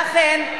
ואכן,